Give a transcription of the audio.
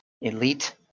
elite